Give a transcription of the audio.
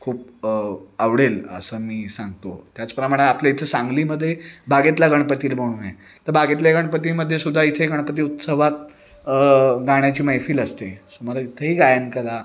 खूप आवडेल असं मी सांगतो त्याचप्रमाणं आपल्या इथं सांगलीमध्ये बागेतल्या गणपती म्हणून आहे तर बागेतल्या गणपतीमध्येसुद्धा इथे गणपती उत्सवात गाण्याची मैफिल असते सो मला इथेही गायन करा